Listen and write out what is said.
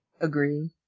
Agree